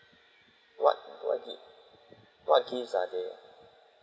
what what gi~ what gifts are there